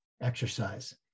exercise